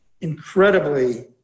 incredibly